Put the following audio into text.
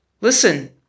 Listen